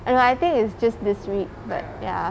no I think it's just this week but ya